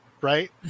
right